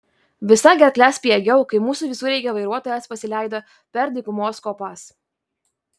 visa gerkle spiegiau kai mūsų visureigio vairuotojas pasileido per dykumos kopas